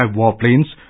warplanes